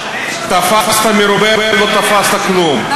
שתפסת מרובה לא תפסת כלום,